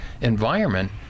environment